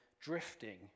drifting